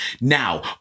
Now